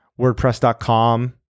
WordPress.com